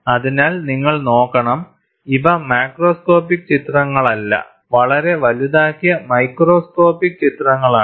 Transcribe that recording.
അതിനാൽ നിങ്ങൾ നോക്കണം ഇവ മാക്രോസ്കോപ്പിക് ചിത്രങ്ങളല്ല വളരെ വലുതാക്കിയ മൈക്രോസ്കോപ്പിക് ചിത്രങ്ങൾ ആണ്